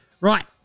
right